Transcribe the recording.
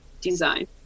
design